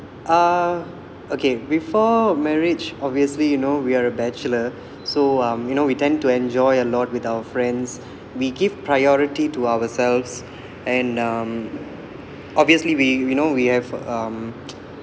uh okay before marriage obviously you know we're a bachelor so um you know we tend to enjoy a lot with our friends we give priority to ourselves and um obviously we you know we have um